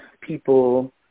people